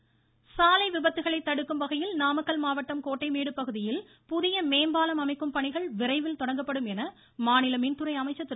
தங்கமணி சாலை விபத்துகளை தடுக்கும் வகையில் நாமக்கல் மாவட்டம் கோட்டைமேடு பகுதியில் புதிய மேம்பாலம் அமைக்கும் பணிகள் விரைவில் தொடங்கப்படும் என மாநில மின்துறை அமைச்சர் திரு